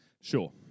Sure